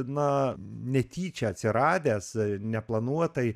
na netyčia atsiradęs neplanuotai